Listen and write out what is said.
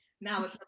now